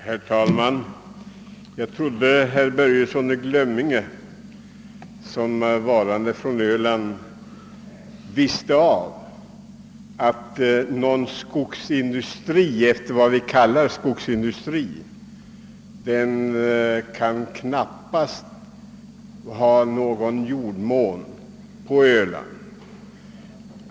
Herr talman! Jag trodde att herr Börjesson i Glömminge, som är från Öland, visste att en skogsindustri i den mening som vi lägger i detta ord knappast kan ha någon jordmån på Öland.